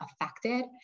affected